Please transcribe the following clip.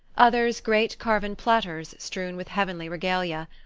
others great carven platters strewn with heavenly regalia,